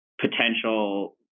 potential